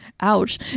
ouch